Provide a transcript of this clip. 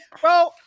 bro